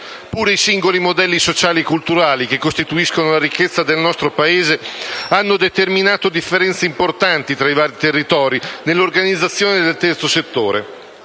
Pure i singoli modelli sociali e culturali che costituiscono la ricchezza del nostro Paese, hanno determinato differenze importanti tra i vari territori nell'organizzazione del terzo settore.